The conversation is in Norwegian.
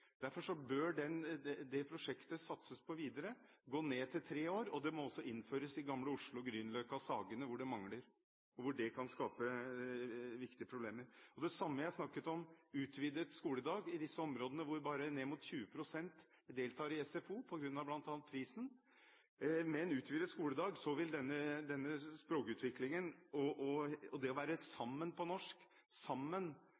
derfor bør det prosjektet satses på videre, gå ned til tre år, og det må også innføres i Gamle Oslo, på Grünerløkka og på Sagene, hvor det mangler – og det kan skapes problemer. Jeg snakket også om utvidet skoledag i disse områdene, hvor ned mot 20 pst. deltar i SFO, bl.a. på grunn av prisen. Med en utvidet skoledag vil denne språkutviklingen kunne bli mye sterkere – og det å vokse opp sammen